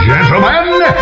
Gentlemen